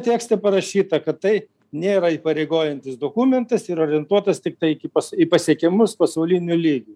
tekste parašyta kad tai nėra įpareigojantis dokumentas ir orientuotas tiktai iki į pasiekiamus pasauliniu lygiu